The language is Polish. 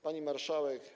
Pani Marszałek!